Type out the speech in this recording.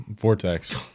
vortex